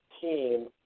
team